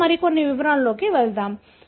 మేము మరికొన్ని వివరాలకు వెళ్తాము